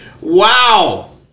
Wow